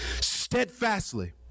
steadfastly